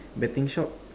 betting shop